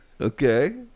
Okay